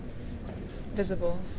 Visible